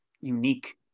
unique